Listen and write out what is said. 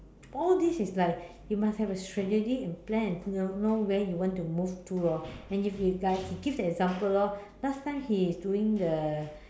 all this is like you must have a strategy and plan know know where you want to move to lor and if he guy he give example lor last time he doing the